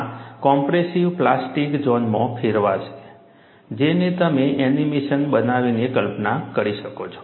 આ compressive plastic ઝોનમાં ફેરવાશે જેને તમે એનિમેશન બનાવીને કલ્પના કરી શકો છો